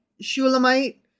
Shulamite